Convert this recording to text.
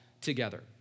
together